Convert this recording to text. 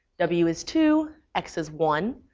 w is two, x is one,